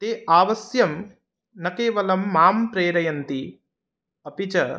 ते अवश्यं न केवलं मां प्रेरयन्ति अपि च